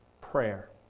prayer